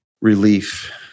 relief